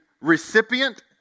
recipient